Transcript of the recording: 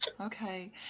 okay